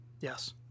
Yes